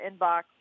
inbox